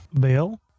Bill